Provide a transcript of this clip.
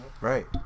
Right